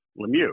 Lemieux